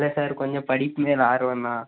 இல்லை சார் கொஞ்சம் படிப்பு மேலே ஆர்வம்தான்